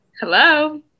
hello